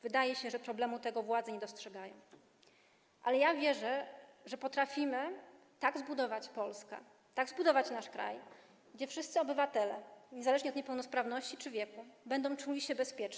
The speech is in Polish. Wydaje się, że problemu tego władze nie dostrzegają, ale ja wierzę, że potrafimy tak zbudować Polskę, tak zbudować nasz kraj, aby wszyscy obywatele, niezależnie od niepełnosprawności czy wieku, czuli się bezpiecznie.